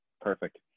Perfect